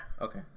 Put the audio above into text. Okay